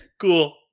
Cool